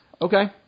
Okay